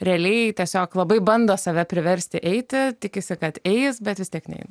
realiai tiesiog labai bando save priversti eiti tikisi kad eis bet vis tiek neina